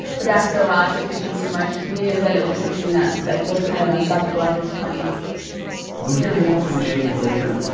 but after a while, it just became too much. we knew that it was something that, like, was kind of unstoppable at this point we'll hear more from jayden later.